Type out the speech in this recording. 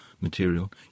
material